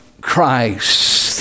christ